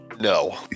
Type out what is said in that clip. no